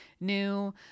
new